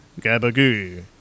Gabagoo